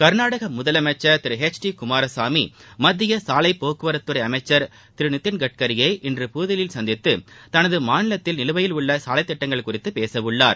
கர்நாடக முதலமைச்சர் திரு H D குமாரசாமிமத்திய சாலை போக்குவரத்து துறை அமைச்சா் திரு நிதின் கட்கியை இன்று புதுதில்லியில் சந்தித்து தனது மாநிலத்தில் நிலுவையில் உள்ள சாலை திட்டங்கள் குறித்து பேச உள்ளார்